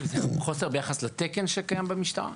חוסר ביחס לתקן שקיים במשטרה?